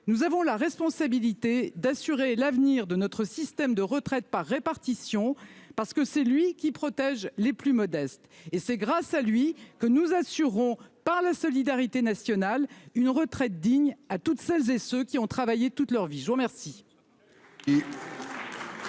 nous avons la responsabilité d'assurer l'avenir de notre système de retraite par répartition, parce que c'est lui qui protège les plus modestes. C'est grâce à lui que nous assurerons par la solidarité nationale une retraite digne à toutes celles et à tous ceux qui ont travaillé toute leur vie. La parole